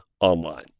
online